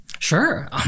Sure